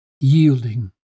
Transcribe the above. yielding